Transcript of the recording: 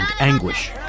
anguish